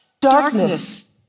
darkness